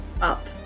up